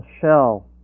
shell